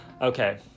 Okay